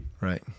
Right